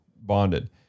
bonded